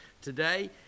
today